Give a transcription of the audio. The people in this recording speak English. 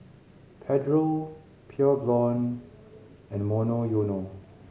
Pedro Pure Blonde and Monoyono